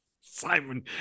Simon